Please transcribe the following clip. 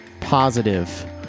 positive